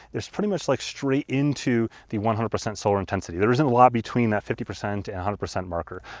it's pretty much like straight into the one hundred percent solar intensity. there isn't a lot between that fifty percent and a one hundred percent marker.